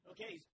Okay